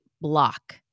block